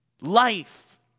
Life